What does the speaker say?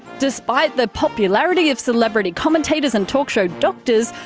despite the popularity of celebrity commentators and talk show doctors,